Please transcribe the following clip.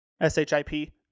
S-H-I-P